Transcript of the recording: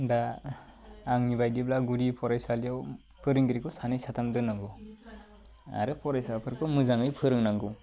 दा आंनि बायदिब्ला गुदि फरायसालियाव फोरोंगिरिखौ सानै साथाम दोननांगौ आरो फरायसाफोरखौ मोजाङै फोरोंनांगौ